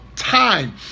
time